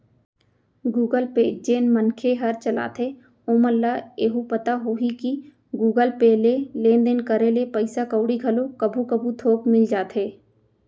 Google Pay जेन मनखे हर चलाथे ओमन ल एहू पता होही कि गुगल पे ले लेन देन करे ले पइसा कउड़ी घलो कभू कभू थोक मिल जाथे